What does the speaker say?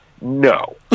No